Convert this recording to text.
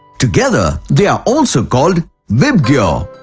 together, they are also called vibgyor.